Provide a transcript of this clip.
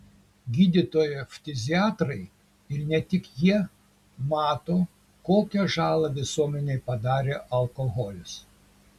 gydytojai ftiziatrai ir ne tik jie mato kokią žalą visuomenei padarė alkoholis